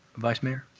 vice mayor.